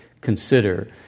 consider